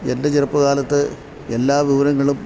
എൻ്റെ ചെറുപ്പ കാലത്ത് എല്ലാ വിവരങ്ങളും